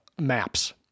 maps